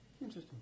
Interesting